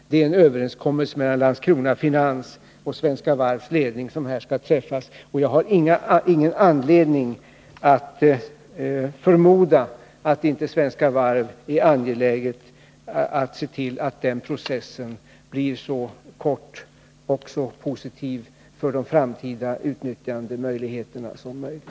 Det är en överenskommelse som skall träffas mellan Landskrona Finans AB och Svenska Varvs ledning, och jag har ingen anledning förmoda att Svenska Varv inte är angeläget att se till att denna process blir så snabb och så positiv Nr 155 som möjligt för de framtida möjligheterna till utnyttjande. Tisdagen den